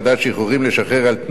ואחר כך יישאר על הדוכן,